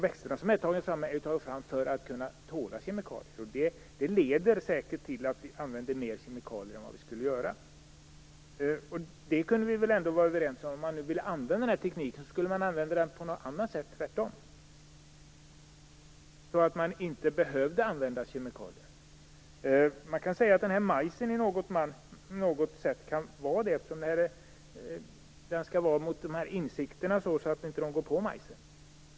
Växterna har tagits fram för att tåla kemikalier. Det leder säkert till att vi använder mer kemikalier än vad som behövs. Vi kan väl vara överens om att tekniken skall användas på något annat sätt, så att man inte behöver använda kemikalier. Detta kan gälla t.ex. majsen. Den skall ju vara av en sådan beskaffenhet att insekterna inte går på den.